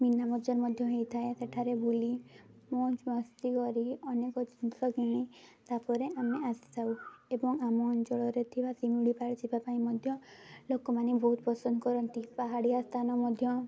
ମିନାବଜାର ମଧ୍ୟ ହେଇଥାଏ ସେଠାରେ ବୁଲି ମଉଜ ମସ୍ତି କରି ଅନେକ ଜିନିଷ କିଣି ତା'ପରେ ଆମେ ଆସିଥାଉ ଏବଂ ଆମ ଅଞ୍ଚଳରେ ଥିବା ଶିମିଳିପାଳ ଯିବା ପାଇଁ ମଧ୍ୟ ଲୋକମାନେ ବହୁତ ପସନ୍ଦ କରନ୍ତି ପାହାଡ଼ିଆ ସ୍ଥାନ ମଧ୍ୟ